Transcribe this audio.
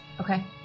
Okay